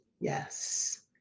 Yes